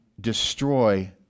destroy